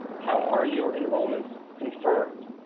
how are your enrollments confirmed?